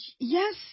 yes